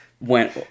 Went